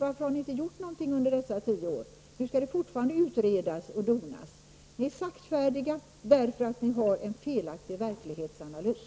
Varför har ni inte gjort något åt det? Nu skall det fortsätta att utredas och donas. Det går. Ni är senfärdiga för att ni har en felaktig verklighetsanalys.